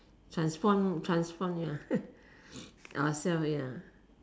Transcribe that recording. transform transform ya ourselves ya